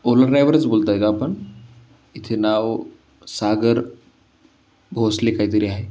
ओला ड्रायवरच बोलताय का आपण इथे नाव सागर भोसले काही तरी आहे